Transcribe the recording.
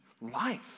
life